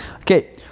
Okay